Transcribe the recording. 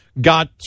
got